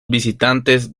visitantes